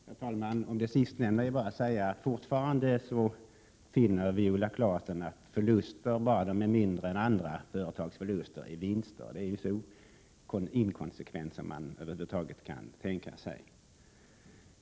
Herr talman! Om det sistnämnda är endast att säga att Viola Claesson forfarande finner att förluster, bara de är mindre än andra företags förluster, är vinster. Det är så inkonsekvent som man över huvud taget kan tänka sig.